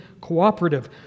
cooperative